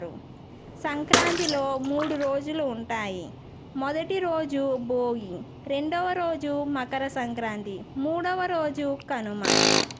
సంక్రాంతిలో మూడు రోజులు ఉంటాయి మొదటి రోజు భోగి రెండవ రోజు మకర సంక్రాంతి మూడవ రోజు కనుమ